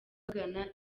bagana